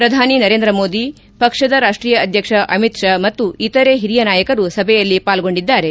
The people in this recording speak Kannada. ಪ್ರಧಾನಿ ನರೇಂದ್ರ ಮೋದಿ ಪಕ್ಷದ ರಾಷ್ಷೀಯ ಅಧ್ಯಕ್ಷ ಅಮಿತ್ ಷಾ ಮತ್ತು ಇತರೆ ಹಿರಿಯ ನಾಯಕರು ಸಭೆಯಲ್ಲಿ ಪಾಲ್ಗೊಂಡಿದ್ದಾರೆ